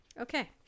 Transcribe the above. Okay